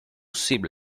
zip